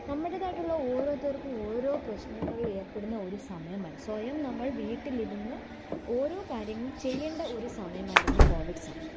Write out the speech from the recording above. നമ്മുടേതായിട്ടുള്ള ഓരോരുത്തർക്കും ഓരോ പ്രശ്നങ്ങളിലേർപ്പെടുന്ന ഒരു സമയം സ്വയം നമ്മൾ വീട്ടിലിരുന്ന് ഓരോ കാര്യങ്ങളും ചെയ്യേണ്ട ഒരു സമയമായിരുന്നു കോവിഡ്സമയം